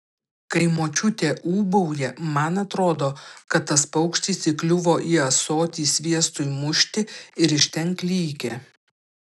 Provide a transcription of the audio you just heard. kai močiutė ūbauja man atrodo kad tas paukštis įkliuvo į ąsotį sviestui mušti ir iš ten klykia